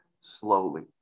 slowly